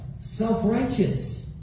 self-righteous